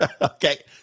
Okay